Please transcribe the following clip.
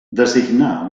designar